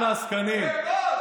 הביתה.